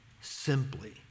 simply